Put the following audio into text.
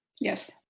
Yes